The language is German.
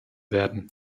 werden